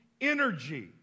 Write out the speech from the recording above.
energy